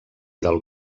del